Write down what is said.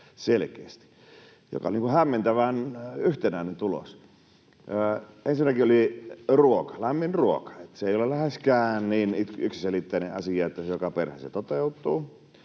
selkeästi, ja se oli niin kuin hämmentävän yhtenäinen tulos. Ensinnäkin oli ruoka, lämmin ruoka: ei ole läheskään niin yksiselitteinen asia, että se joka perheessä toteutuu.